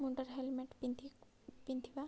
ମୁଣ୍ଡରେ ହେଲମେଟ୍ ପିନ୍ଧି ପିନ୍ଧିବା